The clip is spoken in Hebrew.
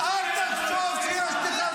תן לו לענות רגע.